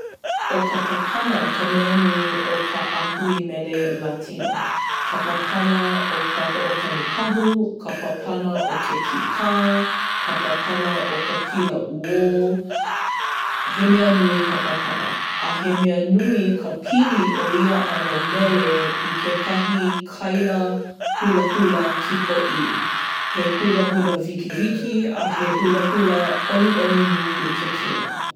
ʻO ka papana ka mea nui o ka ʻāhui mele Latino. Ka papana o ka hoʻokani pahu. Ka papana o ke kīkā. Ka papana o ka pila uwō. He mea nui ka papana. A he mea nui o pili o ia ʻano mele i kekahi kaila hulahula kikoʻī. He kaila hulahula wikiwiki, a he hulahula ʻoniʻoni nui i ke kino.